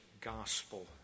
gospel